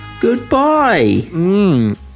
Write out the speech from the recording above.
goodbye